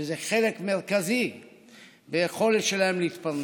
שהוא חלק מרכזי ביכולת שלהם להתפרנס.